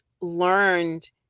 learned